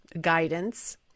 guidance